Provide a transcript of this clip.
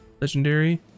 legendary